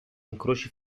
incroci